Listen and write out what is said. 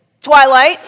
Twilight